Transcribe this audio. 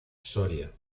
soria